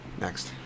Next